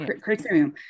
criteria